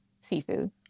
seafood